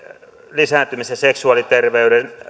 lisääntymis ja seksuaaliterveyden